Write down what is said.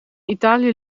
italië